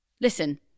listen